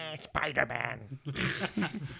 Spider-Man